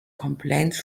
complaints